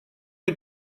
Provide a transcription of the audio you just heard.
mit